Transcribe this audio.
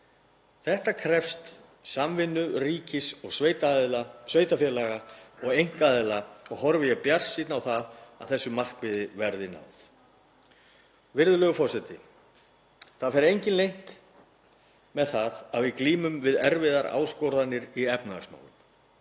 Þetta krefst samvinnu ríkis og sveitarfélaga og einkaaðila og horfi ég bjartsýnn á það að þessu markmiði verði náð. Virðulegur forseti. Það fer enginn leynt með það að við glímum við erfiðar áskoranir í efnahagsmálum.